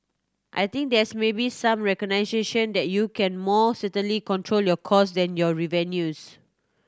I think there's maybe some recognition that you can more certainly control your costs than your revenues